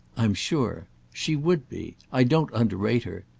i'm sure. she would be. i don't underrate her.